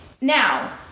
Now